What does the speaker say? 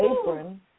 apron